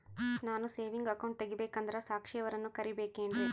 ನಾನು saving account ತೆಗಿಬೇಕಂದರ ಸಾಕ್ಷಿಯವರನ್ನು ಕರಿಬೇಕಿನ್ರಿ?